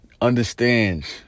understands